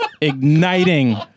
igniting